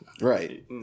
right